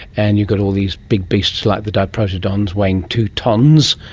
and you've got all these big beasts like the diprotodons weighing two tonnes,